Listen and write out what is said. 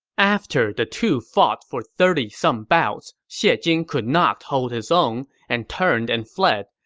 after the two fought for thirty some bouts, xie jing could not hold his own and turned and fled.